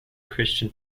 christian